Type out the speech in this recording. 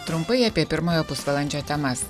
trumpai apie pirmojo pusvalandžio temas